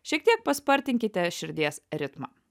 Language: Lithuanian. šiek tiek paspartinkite širdies ritmą